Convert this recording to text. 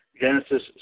Genesis